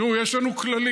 תראו, יש לנו כללים.